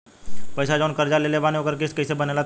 पैसा जऊन कर्जा लेले बानी ओकर किश्त कइसे बनेला तनी बताव?